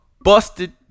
busted